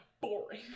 boring